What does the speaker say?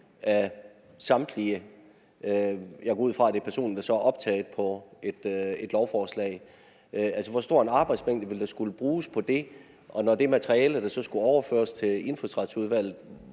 af samtlige, jeg går ud fra, det er personer, der så er optaget på et lovforslag. Altså, hvor stor en arbejdsmængde ville der skulle bruges på det, og hvor stor en sagsmængde vil det materiale, der så skulle overføres til Indfødsretsudvalget,